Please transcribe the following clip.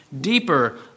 deeper